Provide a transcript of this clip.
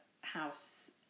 house